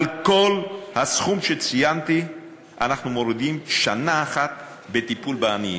על כל הסכום שציינתי אנחנו מורידים שנה אחת בטיפול בעניים.